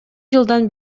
жылдан